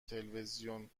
تلویزیون